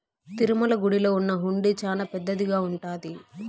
తిరుమల గుడిలో ఉన్న హుండీ చానా పెద్దదిగా ఉంటాది